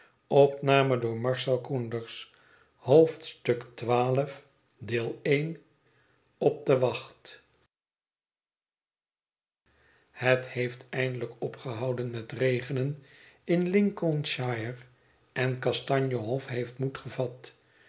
op de wacht het heeft eindelijk opgehouden met regenen inlincolnshire en kastanje hof heeft moed gevat